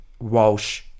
Walsh